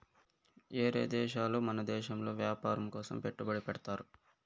ఏరే దేశాలు మన దేశంలో వ్యాపారం కోసం పెట్టుబడి పెడ్తారు